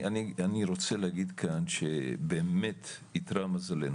אני רוצה להגיד כאן שבאמת איתרע מזלנו,